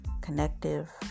connective